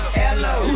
hello